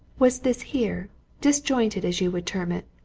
was this here disjointed, as you would term it.